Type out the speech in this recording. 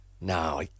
No